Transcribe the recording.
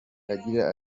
agira